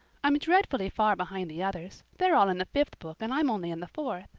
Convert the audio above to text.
i'm dreadfully far behind the others. they're all in the fifth book and i'm only in the fourth.